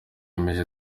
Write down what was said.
yemeye